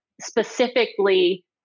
specifically